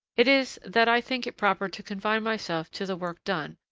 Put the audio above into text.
it is that i think it proper to confine myself to the work done,